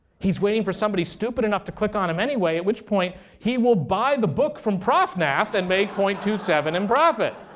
he's waiting for somebody stupid enough to click on him anyway, at which point he will buy the book from profnath and make zero point two seven in profit.